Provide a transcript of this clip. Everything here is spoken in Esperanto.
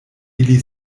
ili